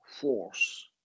force